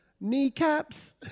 kneecaps